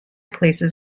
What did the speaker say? places